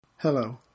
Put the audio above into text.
Hello